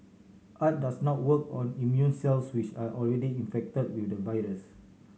art does not work on immune cells which are already infected with the virus